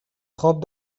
خواب